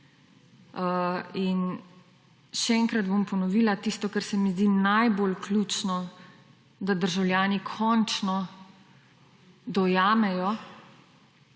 In še enkrat bom ponovila tisto, kar se mi zdi najbolj ključno, da državljani končno dojamejo,